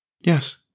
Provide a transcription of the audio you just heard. Yes